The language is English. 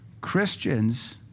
Christians